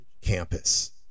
campus